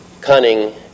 Cunning